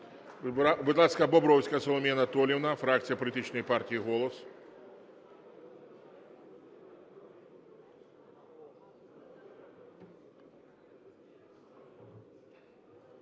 Будь ласка, Бобровська Соломія Анатоліївна, фракція політичної партії "Голос".